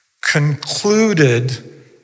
concluded